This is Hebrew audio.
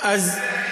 ראינו איך בששת הימים,